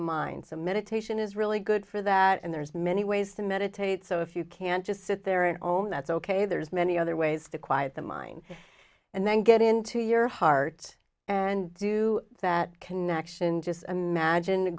mind so meditation is really good for that and there's many ways to meditate so if you can just sit there and own that's ok there's many other ways to quiet the mind and then get into your heart and do that connection just imagine